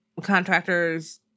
contractors